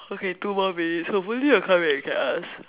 okay two more minutes hopefully I'll come back we can ask